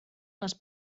les